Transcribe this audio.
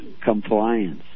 compliance